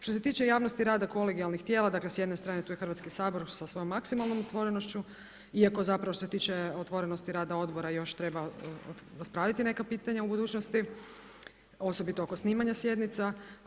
Što se tiče javnosti rada kolegijalnih tijela, dakle s jedne strane tu je Hrvatski sabor sa svojom maksimalnom otvorenošću iako zapravo što se tiče otvorenosti rada odbora još treba raspraviti neka pitanja u budućnosti osobito oko snimanja sjednica.